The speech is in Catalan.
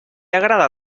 agrada